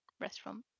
restaurant